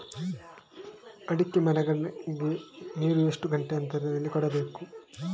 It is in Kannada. ಅಡಿಕೆ ಮರಗಳಿಗೆ ನೀರು ಎಷ್ಟು ಗಂಟೆಯ ಅಂತರದಲಿ ಕೊಡಬೇಕು?